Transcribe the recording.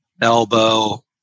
elbow